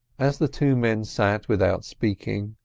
as the two men sat without speaking,